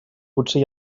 potser